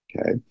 Okay